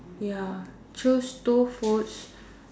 ya choose two foods